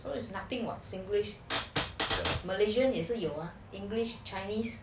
well there's nothing [what] singlish malaysian 也是有 english chinese